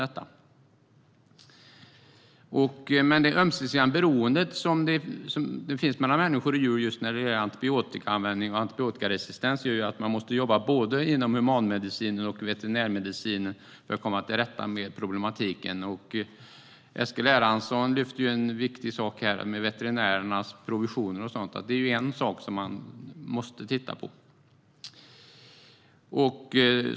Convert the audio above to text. Det finns ett ömsesidigt beroende mellan människor och djur, och det gör att man måste jobba inom både humanmedicin och veterinärmedicin för att komma till rätta med problematiken med antibiotikaanvändning och antibiotikaresistens. Eskil Erlandsson lyfte fram veterinärernas provisioner och sådant. Det är en viktig sak som man måste titta på.